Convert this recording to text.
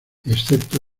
excepto